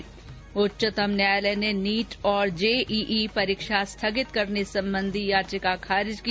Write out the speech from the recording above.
् उच्चतम न्यायालय ने नीट और जेईई परीक्षा स्थगित करने संबंधी याचिका खारिज की